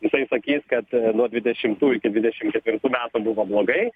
jisai sakys kad nuo dvidešimtų iki dvidešim ketvirtų metų buvo blogai